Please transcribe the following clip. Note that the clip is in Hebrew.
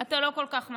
אתה לא כל כך מצליח.